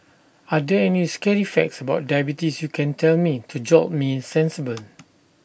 are there any scary facts about diabetes you can tell me to jolt me sensible